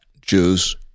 Jews